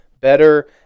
better